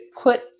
put